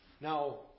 now